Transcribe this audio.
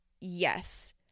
Yes